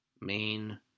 main